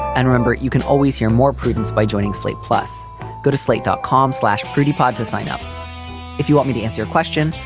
and remember, you can always hear more prudence by joining slate. plus go to slate dot com slash pretty pod to sign up if you want me to answer your question,